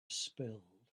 spilled